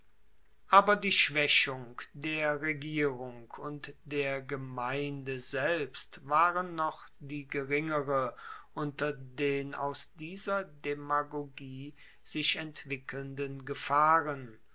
aber die schwaechung der regierung und der gemeinde selbst waren noch die geringere unter den aus dieser demagogie sich entwickelnden gefahren